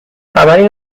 خبری